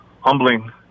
humbling